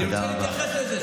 אני רוצה להתייחס לזה.